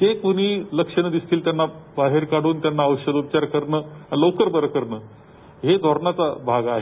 जे कोणी लक्षणे दिसतील त्यांना बाहेर काढून त्यांना औषधोपचार करणं लवकर बरं करणं हा धोरणाचा भाग आहे